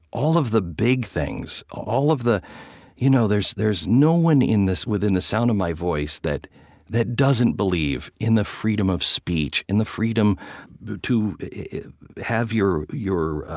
all of the big things, all of the you know there's there's no one in this, within the sound of my voice that that doesn't believe in the freedom of speech, in the freedom to have your your